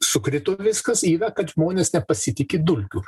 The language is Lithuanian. sukrito viskas yra kad žmonės nepasitiki dulkiu